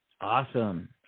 Awesome